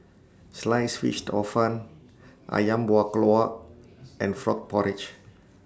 Sliced Fish Hor Fun Ayam Buah Keluak and Frog Porridge